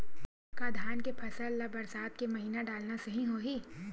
का धान के फसल ल बरसात के महिना डालना सही होही?